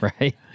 right